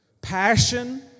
Passion